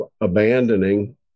abandoning